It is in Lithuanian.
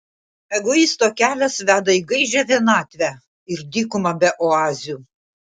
egoisto kelias veda į gaižią vienatvę ir dykumą be oazių